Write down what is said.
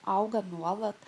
auga nuolat